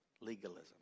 Legalism